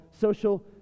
social